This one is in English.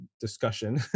discussion